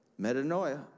Metanoia